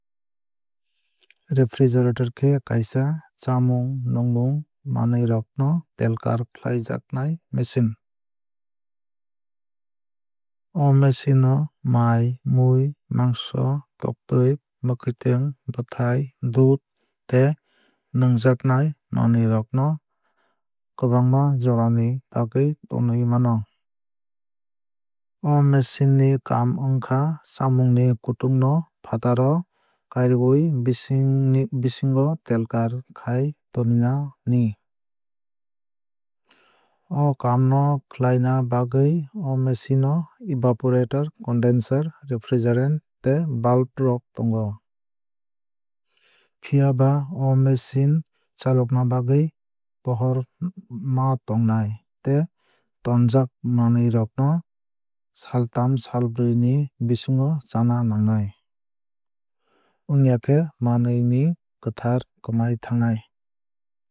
Refrigerator khe kaisa chamung nwgmung manwui rok no telkar khlaijaknai machine. O machine o mai mui mangso toktwui mwkhwtwng bwthai dudh tei nwngjaknai manwui rok no kwbangma jora ni bagwui tonwui mano. O machine ni kaam wngkha chamung ni kutung no fatar o kariwui bisingo telkar khai taninani. O kaam no khlaina bagwui o machine no evaporator condenser refrigerant tei valve rok tongo. Phiaba o machine chalokna bagwui pohor ma tongnai tei tonjak manwui rok no saltham salbrui ni bisingo chana nangnai. Wngya khe manwui ni kwthar kwmai thangnai.